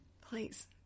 Please